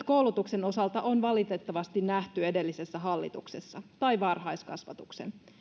koulutuksen osalta on valitettavasti nähty edellisessä hallituksessa tai varhaiskasvatuksen osalta